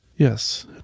Yes